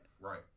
right